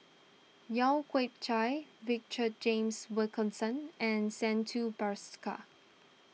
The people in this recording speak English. Lau Chiap Khai Richard James Wilkinson and Santha Bhaskar